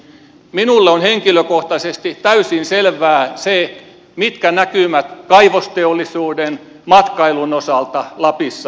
minulle on henkilökohtaisesti täysin selvää se mitkä näkymät kaivosteollisuuden matkailun osalta lapissa ovat